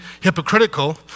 hypocritical